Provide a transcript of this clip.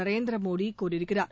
நரேந்திரமோடிகூறியிருக்கிறார்